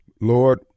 Lord